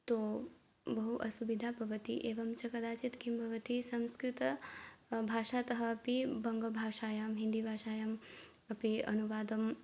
तो बहु असुविधा भवति एवं च कदाचित् किं भवति संस्कृत भाषातः अपि बङ्गभाषायां हिन्दीभाषायाम् अपि अनुवादः